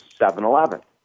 7-Eleven